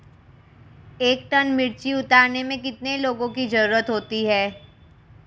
एक टन मिर्ची उतारने में कितने लोगों की ज़रुरत होती है?